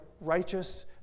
righteous